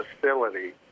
facility